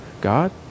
God